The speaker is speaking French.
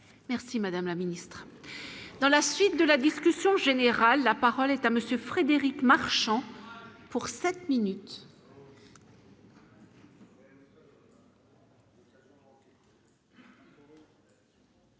Merci madame la ministre, dans la suite de la discussion générale, la parole est à monsieur Frédéric Marchand pour 7 minutes.